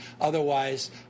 otherwise